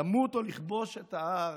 //--- למות או לכבוש את ההר,